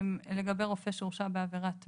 לגבי רופא שהורשע בעבירת מין.